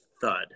thud